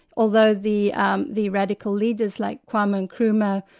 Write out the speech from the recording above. although the um the radical leaders, like kwame nkrumah,